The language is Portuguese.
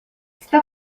está